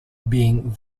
being